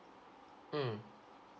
mm